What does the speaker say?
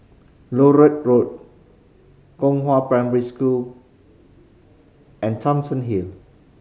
Larut Road Gongshang Primary School and Thomson Hill